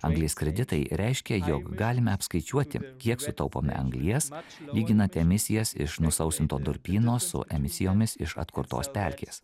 anglis kreditai reiškia jog galime apskaičiuoti kiek sutaupome anglies mat lyginate emisijas iš nusausinto durpyno su emisijomis iš atkurtos pelkės